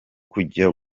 kujya